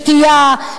לשתייה,